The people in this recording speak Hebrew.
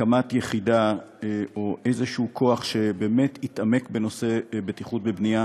הקמת יחידה או איזשהו כוח שבאמת יתעמק בנושא הבטיחות בבנייה,